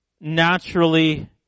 naturally